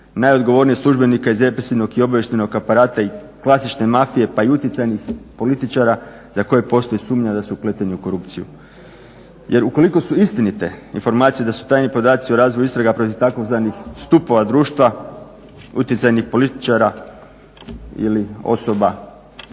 najodgovornijih službenika iz represivnog i obavještajnog aparata i klasične mafije, pa i uticajnih političara za koje postoji sumnja da su upleteni u korupciju. Jer ukoliko su istinite informacije da su tajni podaci o razvoju istraga protiv tzv. stupova društva, utjecajnih političara ili osoba